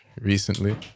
recently